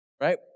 right